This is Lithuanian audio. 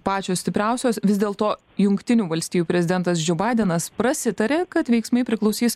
pačios stipriausios vis dėlto jungtinių valstijų prezidentas džio baidenas prasitarė kad veiksmai priklausys